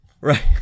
Right